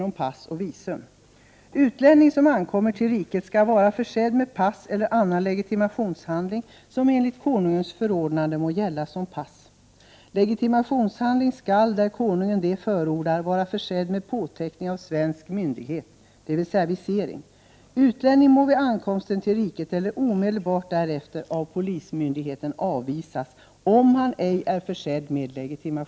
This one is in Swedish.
om han ej är försedd med legitimationshandling,” — Känns det igen?